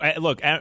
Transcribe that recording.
Look